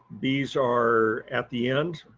bees are at the end,